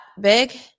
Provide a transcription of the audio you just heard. big